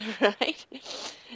Right